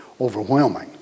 overwhelming